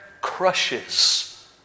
crushes